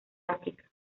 áfrica